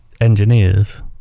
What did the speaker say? Engineers